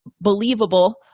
believable